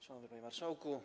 Szanowny Panie Marszałku!